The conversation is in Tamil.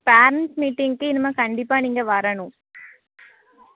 பேரண்ட்ஸ் மீட்டிங்குக்கு இனிமேல் கண்டிப்பாக நீங்கள் வரணும்